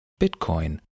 Bitcoin